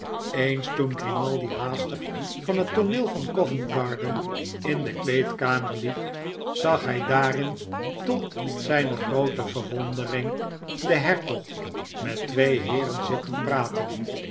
eens toen grimaldi haastig van het tooneel van covent-garden in de kleedkamer liep zag hij daarin tot zijne groote verwondering den hertog met twee heeren zitten praten